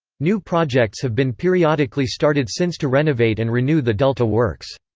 new projects have been periodically started since to renovate and renew the delta works.